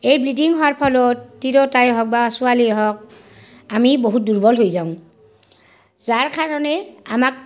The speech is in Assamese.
এই ব্লিডিং হোৱাৰ ফলত তিৰোতাই হওক বা ছোৱালীয়েই হওক আমি বহুত দুৰ্বল হৈ যাওঁ যাৰ কাৰণে আমাক